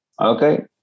okay